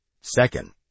second